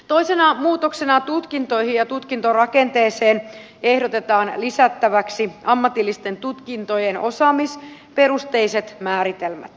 toisena muutoksena tutkintoihin ja tutkintorakenteeseen ehdotetaan lisättäväksi ammatillisten tutkintojen osaamisperusteiset määritelmät